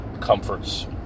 comforts